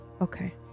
Okay